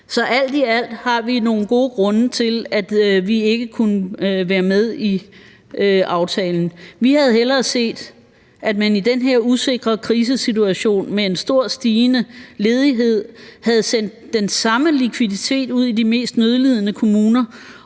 Alt i alt har vi nogle gode grunde til, at vi ikke kunne være med i aftalen. Vi havde hellere set, at man i den her usikre krisesituation med en stor, stigende ledighed havde sendt den samme likviditet ud i de mest nødlidende kommuner